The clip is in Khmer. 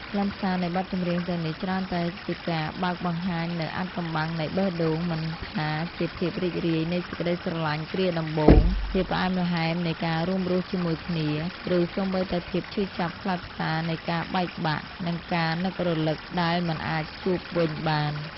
ខ្លឹមសារនៃបទចម្រៀងទាំងនេះច្រើនតែជាការបើកបង្ហាញនូវអាថ៌កំបាំងនៃបេះដូង មិនថាជាភាពរីករាយនៃសេចក្ដីស្រឡាញ់គ្រាដំបូង ភាពផ្អែមល្ហែមនៃការរួមរស់ជាមួយគ្នា ឬសូម្បីតែភាពឈឺចាប់ខ្លោចផ្សានៃការបែកបាក់ និងការនឹករលឹកដែលមិនអាចជួបវិញបាន។